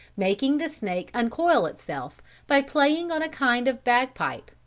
making the snake uncoil itself by playing on a kind of bagpipe,